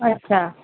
अच्छा